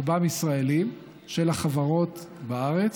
רובם ישראלים, של החברות בארץ,